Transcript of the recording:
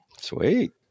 Sweet